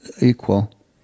equal